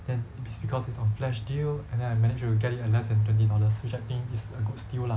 and then because it's on flash deal and then I managed to get it at less than twenty dollars which I think is a good steal lah